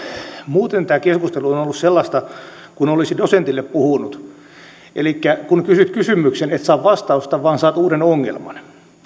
muuten tämä keskustelu on ollut sellaista kuin olisi dosentille puhunut elikkä kun kysyt kysymyksen et saa vastausta vaan saat uuden ongelman